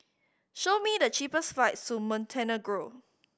show me the cheapest flights to Montenegro